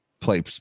play